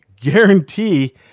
guarantee